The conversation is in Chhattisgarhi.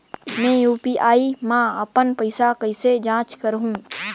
मैं यू.पी.आई मा अपन पइसा कइसे जांच करहु?